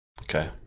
Okay